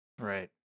Right